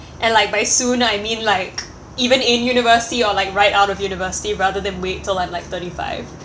and like by soon I mean like even in university or like right out of university rather than wait till I'm like thirty five